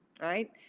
right